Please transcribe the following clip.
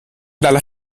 dalla